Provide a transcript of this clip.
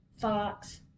Fox